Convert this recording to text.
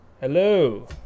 Hello